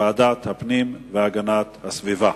לוועדת הפנים והגנת הסביבה.